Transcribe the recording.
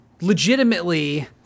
legitimately